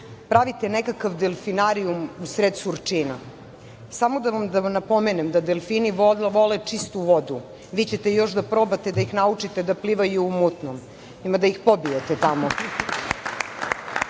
meri. Pravite nekakav delfinarijum usred Surčina. Samo da vam napomenem da delfini vole čistu vodu. Vi ćete još da probate da ih naučite da plivaju u mutnom, ima da ih pobijete